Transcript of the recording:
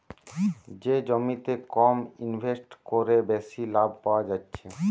যে জমিতে কম ইনভেস্ট কোরে বেশি লাভ পায়া যাচ্ছে